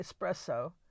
espresso